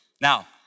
Now